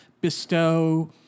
bestow